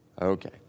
Okay